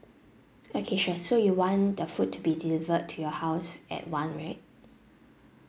okay sure so you want the food to be delivered to your house at one right